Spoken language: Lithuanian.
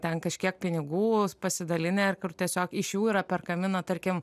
ten kažkiek pinigų pasidalinę ar kur tiesiog iš jų yra perkami na tarkim